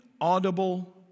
audible